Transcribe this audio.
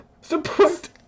Support